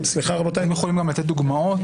יכול גם לתת דוגמאות?